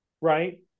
right